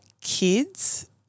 kids